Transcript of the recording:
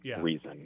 reason